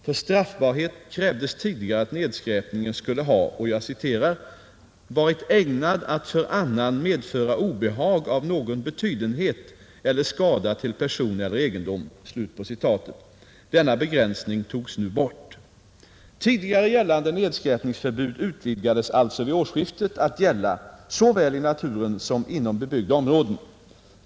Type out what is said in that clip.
För straffbarhet krävdes tidigare att nedskräpningen skulle ha ”varit ägnad att för annan medföra obehag av någon betydenhet eller skada till person eller egendom”. Denna begränsning togs nu bort. Tidigare gällande nedskräpningsförbud utvidgades alltså vid årsskiftet att gälla såväl i naturen som inom bebyggda områden.